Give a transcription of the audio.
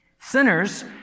Sinners